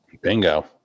Bingo